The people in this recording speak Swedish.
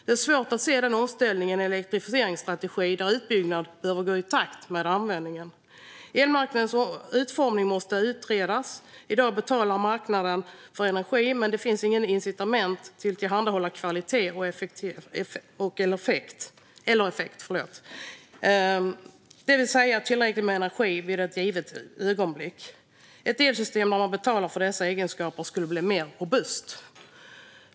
Det är svårt att se den omställningen i elektrifieringsstrategin där utbyggnaden behöver gå i takt med användningen. Elmarknadens utformning måste utredas. I dag betalar marknaden för energi. Men det finns inget incitament för att tillhandahålla kvalitet eller effekt, det vill säga tillräckligt med energi vid ett givet ögonblick. Ett elsystem där man betalar för dessa egenskaper skulle bli mer robust.